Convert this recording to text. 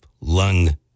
Lung